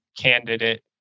candidate